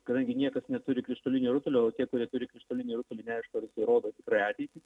kadangi niekas neturi krištolinio rutulio o tie kurie turi krištolinį rutulį neaišku ar jisai rodo tikrai ateitį